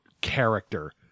character